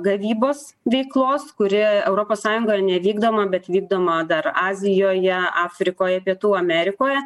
gavybos veiklos kuri europos sąjungoje nevykdoma bet vykdoma dar azijoje afrikoje pietų amerikoje